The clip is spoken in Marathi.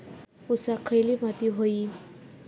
ऊसाक खयली माती व्हयी?